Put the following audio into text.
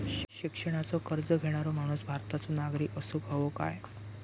शिक्षणाचो कर्ज घेणारो माणूस भारताचो नागरिक असूक हवो काय?